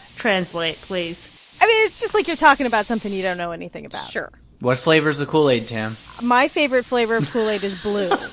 translate please i mean, it's just like you're talking about something you don't know anything about sure what flavor is the kool-aid, tam? my favorite flavor kool-aid is blue.